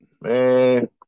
Man